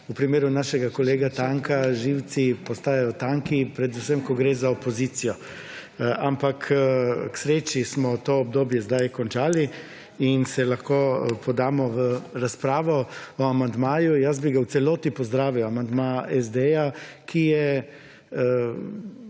v primeru našega kolega Tanka živci postajajo tanki, predvsem ko gre za opozicijo. Ampak k sreči smo to obdobje sedaj končali in se lahko podamo v razpravo o amandmaju. Jaz bi ga v celoti pozdravil, amandma SD, ki je